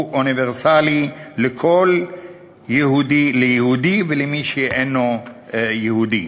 אוניברסלי לכל יהודי ויהודי ולמי שאינו יהודי.